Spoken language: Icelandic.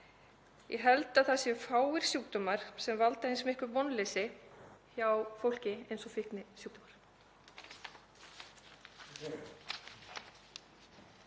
Ég held að það séu fáir sjúkdómar sem valda eins miklu vonleysi hjá fólki og fíknisjúkdómar.